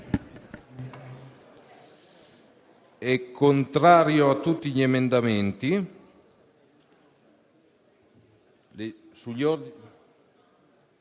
è contrario su tutti gli emendamenti e sugli ordini